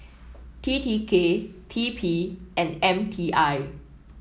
T T K T P and M T I